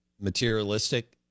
materialistic